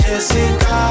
Jessica